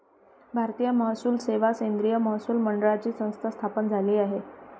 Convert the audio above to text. भारतीय महसूल सेवा केंद्रीय महसूल मंडळाची संस्था स्थापन झाली